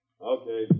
Okay